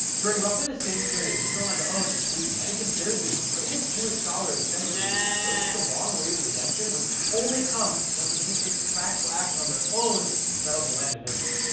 during roughly the same period, the vilna like ga'on, who many consider the greatest jewish scholar in centuries, wrote that the long-awaited redemption would only come once the jews took practical action on their own and settled the land of israel.